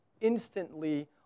instantly